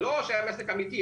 זה לא שם עסק אמיתי.